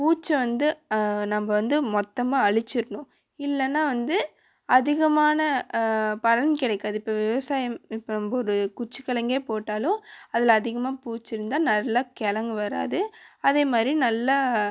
பூச்சி வந்து நம்ம வந்து மொத்தமாக அழிச்சிரணும் இல்லைனா வந்து அதிகமான பலன் கிடைக்காது இப்போ விவசாயம் இப்போ ஒரு குச்சிகிழங்கே போட்டாலும் அதில் அதிகமாக பூச்சி இருந்தால் நல்லா கிழங்கு வராது அதே மாதிரி நல்லா